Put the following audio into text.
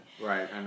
Right